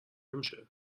نمیشه